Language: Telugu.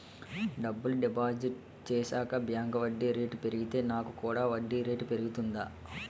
డబ్బులు డిపాజిట్ చేశాక బ్యాంక్ వడ్డీ రేటు పెరిగితే నాకు కూడా వడ్డీ రేటు పెరుగుతుందా?